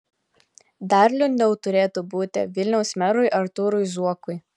dar liūdniau turėtų būti vilniaus merui artūrui zuokui